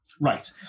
Right